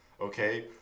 Okay